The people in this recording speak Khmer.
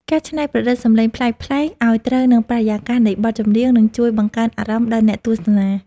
ការច្នៃប្រឌិតសំឡេងប្លែកៗឱ្យត្រូវនឹងបរិយាកាសនៃបទចម្រៀងនឹងជួយបង្កើនអារម្មណ៍ដល់អ្នកទស្សនា។